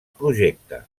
projecte